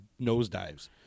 nosedives